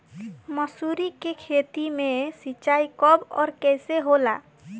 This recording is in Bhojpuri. मसुरी के खेती में सिंचाई कब और कैसे होला?